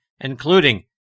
including